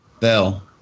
Bell